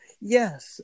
Yes